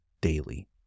daily